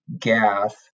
gas